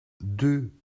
deux